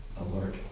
alert